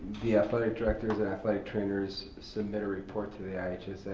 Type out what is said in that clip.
the athletic directors and athletic trainers submit a report to the ah